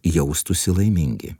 jaustųsi laimingi